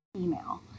email